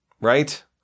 Right